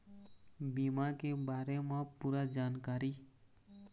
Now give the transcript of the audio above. बीमा के बारे म पूरा जानकारी?